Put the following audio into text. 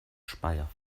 speyer